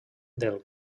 del